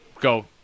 go